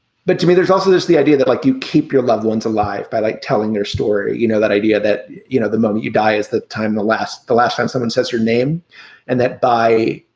but to me, there's also there's the idea that, like, you keep your loved ones alive by, like, telling their story. you know, that idea that, you know, the moment you die is the time. the last. the last time someone says her name and that by,